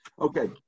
Okay